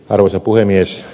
arvoisa puhemies